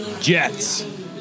Jets